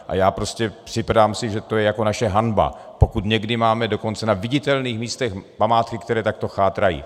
A já si prostě připadám, že to je jako naše hanba, pokud někdy máme dokonce na viditelných místech památky, které takto chátrají.